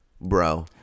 Bro